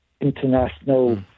international